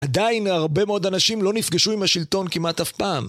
עדיין הרבה מאוד אנשים לא נפגשו עם השלטון כמעט אף פעם